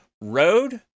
road